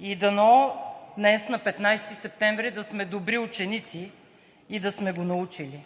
и дано днес на 15 септември да сме добри ученици и да сме го научили.